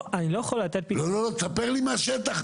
תספר לי מהשטח.